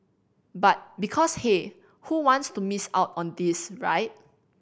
but because hey who wants to miss out on this right